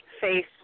face